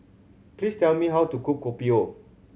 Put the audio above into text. please tell me how to cook Kopi O